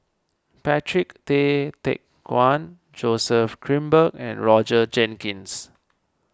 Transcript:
Patrick Tay Teck Guan Joseph Grimberg and Roger Jenkins